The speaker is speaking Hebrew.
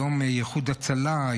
יום איחוד הצלה,